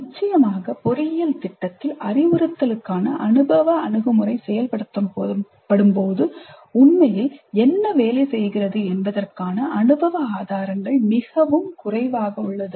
நிச்சயமாக பொறியியல் திட்டத்தில் அறிவுறுத்தலுக்கான அனுபவ அணுகுமுறை செயல்படுத்தப்படும்போது உண்மையில் என்ன வேலை செய்கிறது என்பதற்கான அனுபவ ஆதாரங்கள் மிகவும் குறைவாக உள்ளது